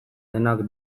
denak